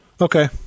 Okay